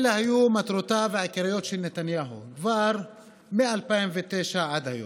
אלה היו מטרותיו העיקריות של נתניהו כבר מ-2009 ועד היום.